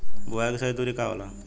बुआई के सही दूरी का होला?